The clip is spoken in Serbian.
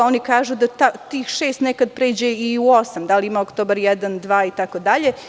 Oni kažu da tih šest nekad pređe i u osam da li ima oktobar jedan, dva itd.